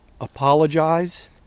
apologize